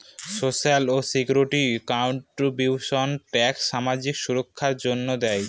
social security contributions tax সামাজিক সুররক্ষার জন্য দেয়